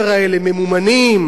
נהרי, נהרי ב'